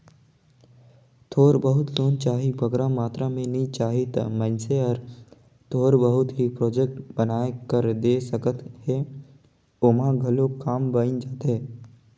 थोर बहुत लोन चाही बगरा मातरा में नी चाही ता मइनसे हर थोर बहुत ही प्रोजेक्ट बनाए कर दे सकत हे ओम्हां घलो काम बइन जाथे